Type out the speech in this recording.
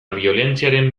biolentziaren